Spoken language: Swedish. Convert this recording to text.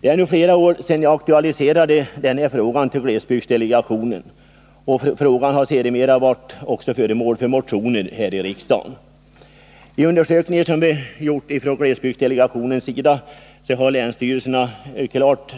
Det är nu flera år sedan jag aktualiserade den här frågan i ett brev till glesbygdsdelegationen. Frågan har sedermera också varit föremål för motioner här i riksdagen. Av undersökningar som vi från glesbygdsdelegationens sida gjort hos länsstyrelser m.fl. har klart